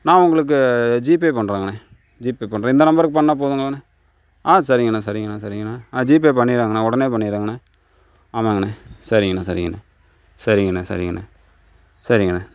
நான் உங்களுக்கு ஜிபே பண்றங்கண்ணா ஜிபே பண்ணுற இந்த நம்பருக்கு பண்ணால் போதுங்களாண்ணா ஆ சரிங்கண்ண சரிங்கண்ண சரிங்கண்ண நான் ஜிபே பண்ணிறங்கண்ணா உடனே பண்ணிறங்கண்ணா ஆமாங்கண்ணா சரிங்கண்ண சரிங்கண்ண சரிங்கண்ண சரிங்கண்ண சரிங்கண்ண